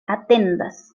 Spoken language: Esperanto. atendas